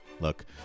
Look